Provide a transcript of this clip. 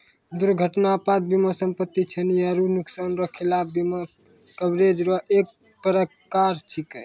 दुर्घटना आपात बीमा सम्पति, क्षति आरो नुकसान रो खिलाफ बीमा कवरेज रो एक परकार छैकै